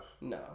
No